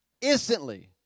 Instantly